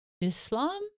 Islam